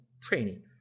training